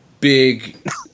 big